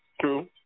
true